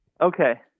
Okay